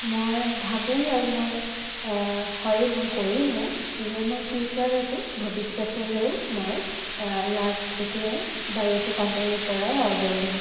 মই ভাবোঁ আৰু মই হয় মই কৰিমো যে মই ফিউচাৰতো ভৱিষ্যতলৈয়ো মই ইয়াত এইটোৱেই বা এইটো কোম্পানীৰ পৰাই অৰ্ডাৰ দিম